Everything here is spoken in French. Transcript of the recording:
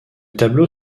tableau